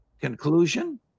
conclusion